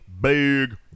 big